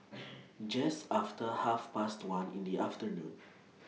Just after Half Past one in The afternoon